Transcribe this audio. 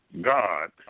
God